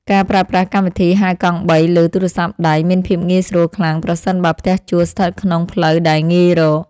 ការប្រើប្រាស់កម្មវិធីហៅកង់បីលើទូរស័ព្ទដៃមានភាពងាយស្រួលខ្លាំងប្រសិនបើផ្ទះជួលស្ថិតក្នុងផ្លូវដែលងាយរក។